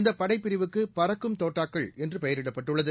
இந்த படைப்பிரிவுக்கு பறக்கும் தோட்டாக்கள் என்று பெயரிடப்பட்டுள்ளது